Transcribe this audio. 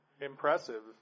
impressive